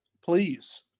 please